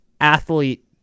athlete